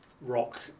rock